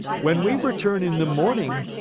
when we return in the morning,